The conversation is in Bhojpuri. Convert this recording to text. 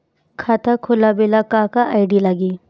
खाता खोलाबे ला का का आइडी लागी?